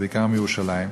ובעיקר מירושלים,